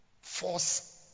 force